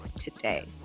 today